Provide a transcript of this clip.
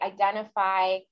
identify